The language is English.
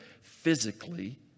physically